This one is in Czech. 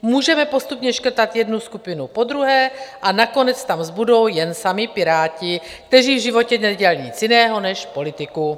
Můžeme postupně škrtat jednu skupinu po druhé a nakonec tam zbudou jen sami Piráti, kteří v životě nedělali nic jiného než politiku.